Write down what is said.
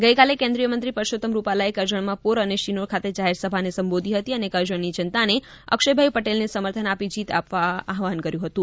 ગઇકાલે કેન્દ્રીય મંત્રી પરષોત્તમ રૂપાલાએ કરજણમાં પોર અને શિનોર ખાતે જાહેરસભાને સંબોધી હતી અને કરજણની જનતાને અક્ષયભાઈ પટેલને સમર્થન આપી જીત અપાવવા આહ્વાન કર્યું હતું